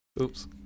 oops